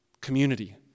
Community